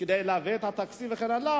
כדי להעביר את התקציב וכן הלאה,